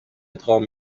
ادغام